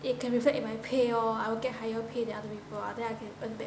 it can reflect in my pay lor I will get higher pay than other people [what] then I can earn back